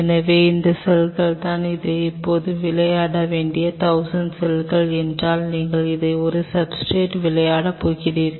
எனவே இந்த செல்கள் தான் இதை இப்போது நீங்கள் விளையாட வேண்டியது 1000 செல்கள் என்றால் நீங்கள் அதை ஒரு சப்ஸ்ர்டேட் விளையாடப் போகிறீர்கள்